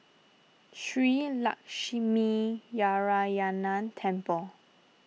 Shree Lakshminarayanan Temple